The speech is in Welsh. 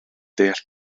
deall